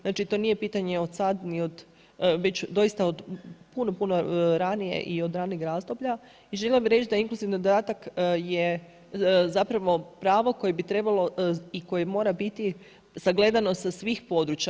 Znači, to nije pitanje od sad već doista od puno, puno ranije i od ranijeg razdoblja i željela bi reći da inkluzivni dodatak je zapravo pravo koje bi trebalo i koje mora biti sagledano sa svih područja.